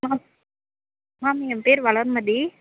ma'am ma'am ஏன் பேர் வளர்மதி